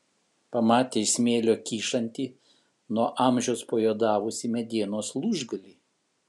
pamatė iš smėlio kyšantį nuo amžiaus pajuodavusį medienos lūžgalį